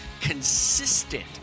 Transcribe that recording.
consistent